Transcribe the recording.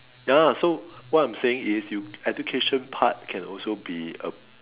ya so what I'm saying is you education part can also be a